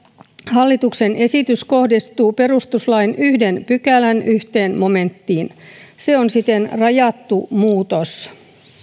hallituksen esitys kohdistuu perustuslain yhden pykälän yhteen momenttiin se on siten rajattu muutos